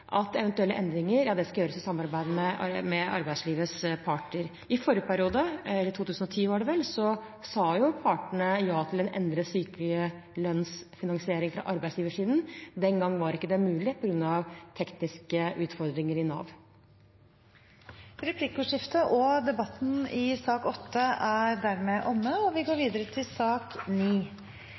at eventuelle endringer skal gjøres i samarbeid med arbeidslivets parter. I forrige periode, i 2010 var det vel, sa partene ja til en endret sykelønnsfinansiering fra arbeidsgiversiden. Den gangen var det ikke mulig å få til på grunn av tekniske utfordringer i Nav. Replikkordskiftet er omme. Flere har ikke bedt om ordet til sak nr. 8. Etter ønske fra arbeids- og